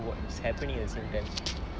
what is happening at the same time